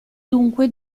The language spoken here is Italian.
dunque